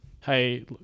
hey